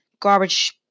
garbage